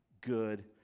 good